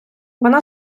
вона